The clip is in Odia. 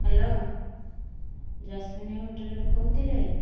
ହ୍ୟାଲୋ ଜସ୍ମିନ ହୋଟେଲରୁ କହୁଥିଲେ